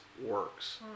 works